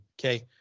okay